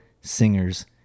singers